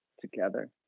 together